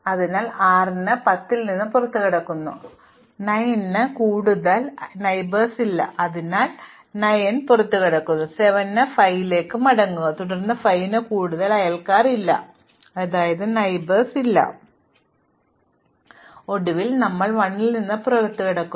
അതിനാൽ ഞങ്ങൾ 6 ന് 10 ൽ നിന്ന് പുറത്തുകടക്കുന്നു 9 ന് കൂടുതൽ അയൽക്കാർ ഇല്ല അതിനാൽ 9 ന് പുറത്തുകടക്കുക 7 ന് 5 ലേക്ക് മടങ്ങുക തുടർന്ന് 5 ന് കൂടുതൽ അയൽക്കാർ ഇല്ല അതിനാൽ ഞങ്ങൾ 5 ൽ നിന്ന് പുറത്തുകടക്കുന്നു ഒടുവിൽ ഞങ്ങൾ 1 ൽ നിന്ന് പുറത്തുകടക്കുന്നു